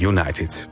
United